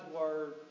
Word